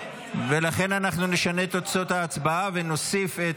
ולכן אנחנו נשנה את תוצאות ההצבעה ונוסיף את